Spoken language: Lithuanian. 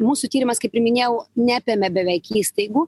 mūsų tyrimas kaip ir minėjau neapėmė beveik įstaigų